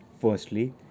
Firstly